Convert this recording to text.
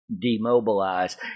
demobilize